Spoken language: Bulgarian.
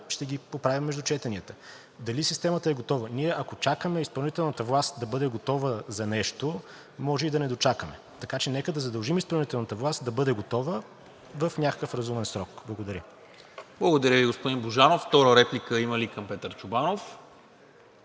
ще ги поправим между четенията. Дали системата е готова? Ако ние чакаме изпълнителната власт да бъде готова за нещо, може и да не дочакаме. Така че нека да задължим изпълнителната власт да бъде готова в някакъв разумен срок. Благодаря. ПРЕДСЕДАТЕЛ НИКОЛА МИНЧЕВ: Благодаря Ви, господин Божанов. Втора реплика има ли към Петър Чобанов?